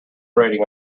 rating